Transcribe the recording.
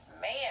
man